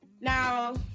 Now